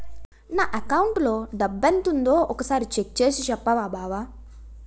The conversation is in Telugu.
నా అకౌంటులో డబ్బెంతుందో ఒక సారి చెక్ చేసి చెప్పవా బావా